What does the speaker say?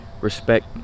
respect